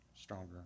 stronger